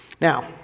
Now